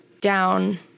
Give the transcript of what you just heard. down